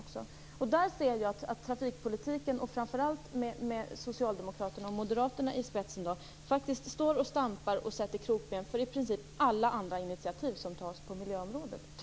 Där ser jag att man i fråga om trafikpolitiken - framför allt med Socialdemokraterna och Moderaterna i spetsen - faktiskt står och stampar och tyvärr sätter krokben för i princip alla andra initiativ som tas på miljöområdet.